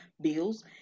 bills